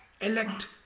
Elect